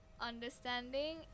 understanding